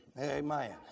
amen